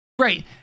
right